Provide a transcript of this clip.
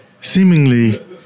seemingly